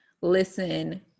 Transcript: listen